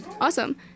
awesome